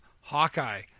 Hawkeye